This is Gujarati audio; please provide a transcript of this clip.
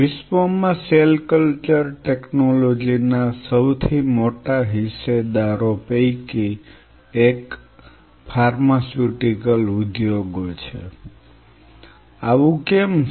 વિશ્વમાં સેલ કલ્ચર ટેકનોલોજી ના સૌથી મોટા હિસ્સેદારો પૈકી એક ફાર્માસ્યુટિકલ ઉદ્યોગો છે આવું કેમ છે